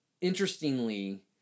interestingly